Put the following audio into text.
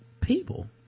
people